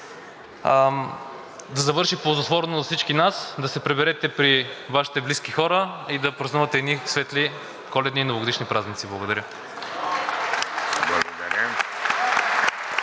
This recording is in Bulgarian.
да завърши ползотворно за всички нас. Да се приберете при Вашите близки хора и да празнувате едни светли Коледни и Новогодишни празници. Благодаря.